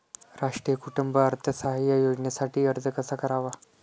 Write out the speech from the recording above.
राष्ट्रीय कुटुंब अर्थसहाय्य योजनेसाठी अर्ज कसा करावा?